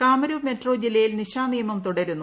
Kamrup metro ജില്ലയിൽ നിശാനിയമം തുടരുന്നു